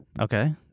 Okay